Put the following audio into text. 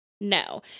No